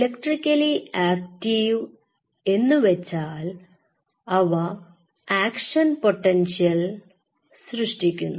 electrically active എന്നുവെച്ചാൽ അവ action potential സൃഷ്ടിക്കുന്നു